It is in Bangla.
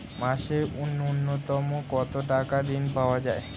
মাসে নূন্যতম কত টাকা ঋণ পাওয়া য়ায়?